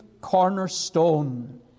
cornerstone